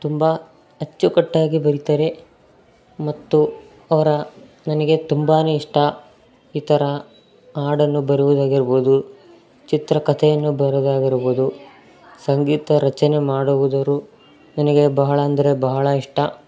ತುಂಬ ಅಚ್ಚುಕಟ್ಟಾಗಿ ಬರೀತಾರೆ ಮತ್ತು ಅವರ ನನಗೆ ತುಂಬಾ ಇಷ್ಟ ಈ ಥರ ಹಾಡನ್ನು ಬರೆಯುವುದಾಗಿರ್ಬೌದು ಚಿತ್ರಕಥೆಯನ್ನು ಬರೆದಾಗಿರ್ಬೌದು ಸಂಗೀತ ರಚನೆ ಮಾಡುವುದರು ನನಗೆ ಬಹಳ ಅಂದರೆ ಬಹಳ ಇಷ್ಟ